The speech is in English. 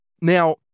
Now